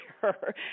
sure